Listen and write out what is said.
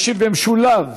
ישיב במשולב